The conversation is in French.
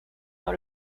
dans